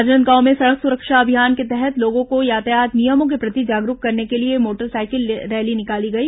राजनांदगांव में सड़क सुरक्षा अभियान के तहत लोगों को यातायात नियमों के प्रति जागरूक करने के लिए मोटर साइकिल रैली निकाली गई